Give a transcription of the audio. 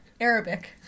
Arabic